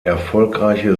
erfolgreiche